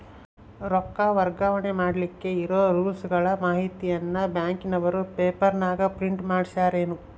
ರೊಕ್ಕ ವರ್ಗಾವಣೆ ಮಾಡಿಲಿಕ್ಕೆ ಇರೋ ರೂಲ್ಸುಗಳ ಮಾಹಿತಿಯನ್ನ ಬ್ಯಾಂಕಿನವರು ಪೇಪರನಾಗ ಪ್ರಿಂಟ್ ಮಾಡಿಸ್ಯಾರೇನು?